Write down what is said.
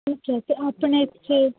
ਠੀਕ ਹੈ ਅਤੇ ਆਪਣੇ ਇੱਥੇ